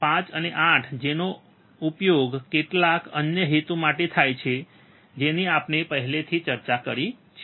1 5 અને 8 જેનો ઉપયોગ કેટલાક અન્ય હેતુઓ માટે થાય છે જેની આપણે પહેલાથી ચર્ચા કરી છે